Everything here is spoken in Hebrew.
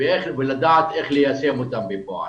ולדעת איך ליישם אותן בפועל.